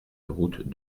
route